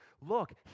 look